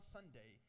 Sunday